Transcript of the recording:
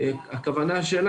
322 הוקצו לזרוע העבודה,